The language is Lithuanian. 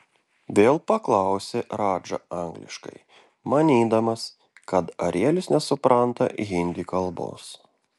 vėl paklausė radža angliškai manydamas kad arielis nesupranta hindi kalbos